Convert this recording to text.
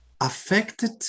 affected